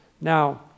now